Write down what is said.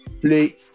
play